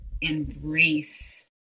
embrace